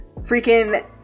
freaking